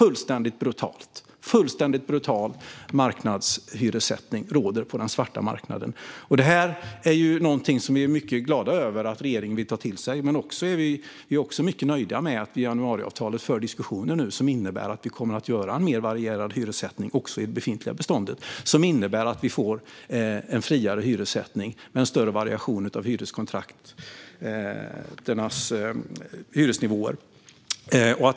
En fullständigt brutal marknadshyressättning råder på den svarta marknaden. Vi är mycket glada över att regeringen vill ta det här till sig. Vi är också mycket nöjda med att vi i och med januariavtalet nu för diskussioner för att nå en mer varierad hyressättning också i det befintliga beståndet. Det innebär att vi får en friare hyressättning med större variation av hyreskontrakt och hyresnivåer.